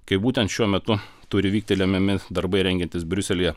kai būtent šiuo metu turi vykti lemiami darbai rengiantis briuselyje